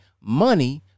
money